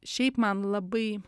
šiaip man labai